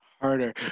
harder